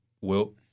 Wilt